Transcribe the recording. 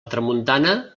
tramuntana